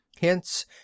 Hence